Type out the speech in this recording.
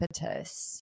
impetus